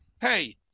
hey